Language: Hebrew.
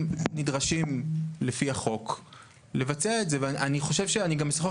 או משנות את הייעוד שלהן בהתאם למה שהעתיד מבקש מאתנו.